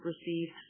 received